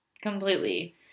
completely